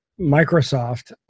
Microsoft